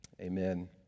amen